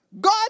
God